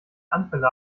anfälle